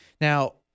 Now